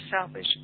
selfish